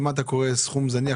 למה אתה קורא סכום זניח,